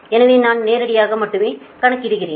எனவே நான் நேரடியாக மட்டுமே கணக்கிட்டுள்ளேன்